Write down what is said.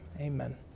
Amen